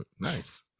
Nice